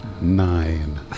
Nine